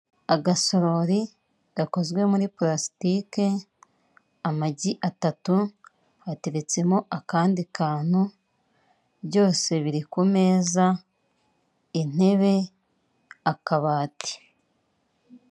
Agasorori gakozwe muri purastike, amagi atatu hateretsemo akandi kantu byose biri ku meza, intebe, akabati.